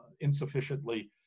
insufficiently